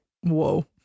whoa